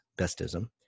Bestism